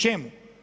Čemu?